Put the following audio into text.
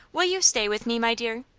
will you stay with me, my dear?